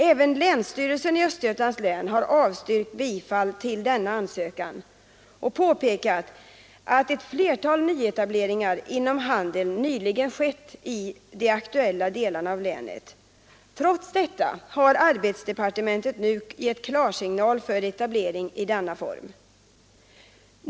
Även länsstyrelsen i Östergötlands län har avstyrkt denna ansökan och påpekat att ett flertal nyetableringar inom handeln nyligen skett i de aktuella delarna av länet. Trots detta har handelsdepartementet nu gett klarsignal för etableringen i denna form.